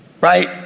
Right